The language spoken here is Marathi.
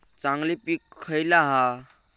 चांगली पीक खयला हा?